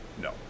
No